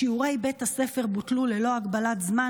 שיעורי בית הספר בוטלו ללא הגבלת זמן,